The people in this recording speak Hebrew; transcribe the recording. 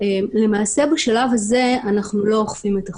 למעשה בשלב הזה אנחנו לא אוכפים את החוק,